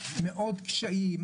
מאוד קשים,